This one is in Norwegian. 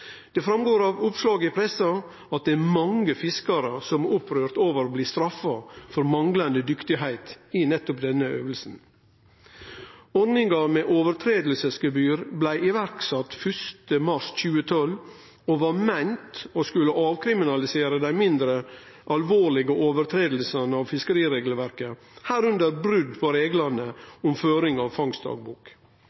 Det går fram av oppslag i pressa at det er mange fiskarar som er opprørte over å bli straffa for manglande dyktigheit i denne øvinga. Ordninga med regelbrotsgebyr blei sett i verk 1. mars 2012 og var meint å skulle avkriminalisere dei mindre alvorlege brota på fiskeriregelverket, medrekna brot på reglane